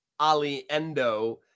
Aliendo